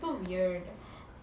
ya